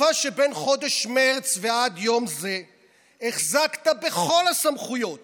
בתקופה שמחודש מרץ ועד יום זה החזקת בכל הסמכויות